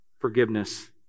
forgiveness